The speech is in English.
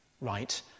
right